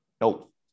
Nope